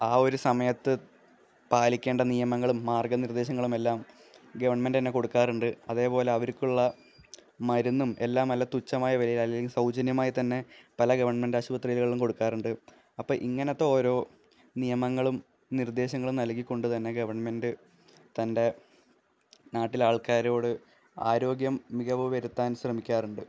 ആ ഒരു സമയത്ത് പാലിക്കേണ്ട നിയമങ്ങളും മാർഗ്ഗ നിർദ്ദേശങ്ങളുമെല്ലാം ഗവണ്മെൻറ്റ് തന്നെ കൊടുക്കാറുണ്ട് അതേപോലെ അവർക്കുള്ള മരുന്നും എല്ലാമെല്ലാം തുച്ഛമായ വിലയിൽ സൗജന്യമായി തന്നെ പല ഗവണ്മെൻറ്റാശുപത്രികളിലും കൊടുക്കാറുണ്ട് അപ്പം ഇങ്ങനത്തെ ഓരോ നിയമങ്ങളും നിർദേശങ്ങളും നൽകി കൊണ്ട് തന്നെ ഗവണ്മെൻറ്റ് തൻ്റെ നാട്ടിലാൾക്കാരോട് ആരോഗ്യം മികവ് വരുത്താൻ ശ്രമിക്കാറുണ്ട്